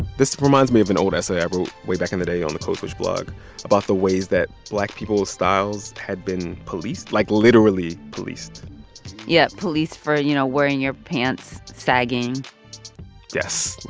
this reminds me of an old essay i wrote way back in the day on the code switch blog about the ways that black people's styles had been policed, like literally policed yeah. policed for, you know, wearing your pants sagging yes.